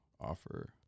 offer